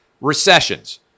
recessions